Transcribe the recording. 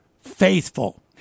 faithful